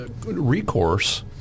recourse